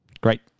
Great